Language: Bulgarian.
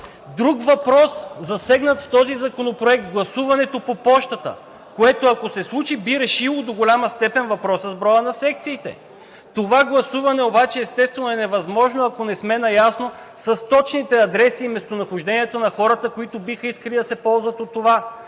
Друг въпрос, засегнат в този законопроект – гласуването по пощата, което, ако се случи, би решило до голяма степен въпроса с броя на секциите. Това гласуване обаче, естествено, е невъзможно, ако не сме наясно с точните адреси и местонахождението на хората, които биха искали да се ползват от това.